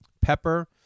pepper